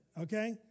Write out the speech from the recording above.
Okay